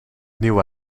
nieuwe